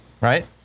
Right